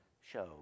show